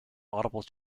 audible